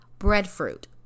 Breadfruit